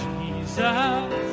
Jesus